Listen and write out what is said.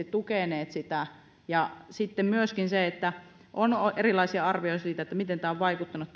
tukeneet sitten myöskin on erilaisia arvioita siitä miten tämä on vaikuttanut